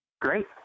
Great